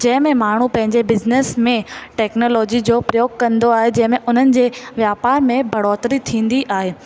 जंहिं में माण्हूं पंहिंजे बिज़िनिस में टेक्नोलोजी जो उपयोग कंदो आहे जंहिं में उन्हनि जे व्यापार में बढ़ोतिरी थींदी आहे